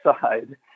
side